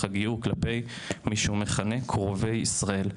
הגיור כלפי מי שהוא מכנה קרובי ישראל.